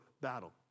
battle